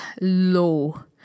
low